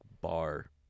bar